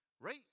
Right